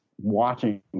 watching